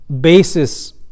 basis